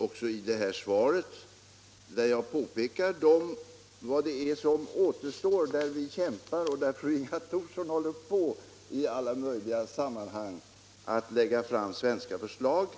Också i svaret i dag påpekar jag vad det är som återstår. Fru Inga Thorsson håller på att lägga fram svenska förslag